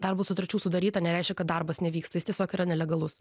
darbo sutarčių sudaryta nereiškia kad darbas nevyksta jis tiesiog yra nelegalus